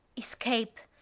escape!